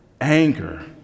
Anger